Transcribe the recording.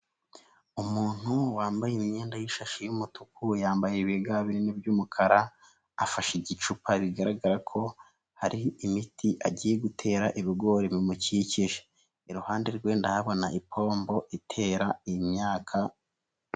Umuntu wambaye imyenda y'ishashi y'umutuku yambaye ibiga binini by'umukara, afashe igicupa bigaragara ko ari imiti agiye gutera ibigori bimukikije, iruhande rwe ndabona ipombo itera imyaka.